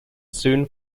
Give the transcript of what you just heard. soon